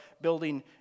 building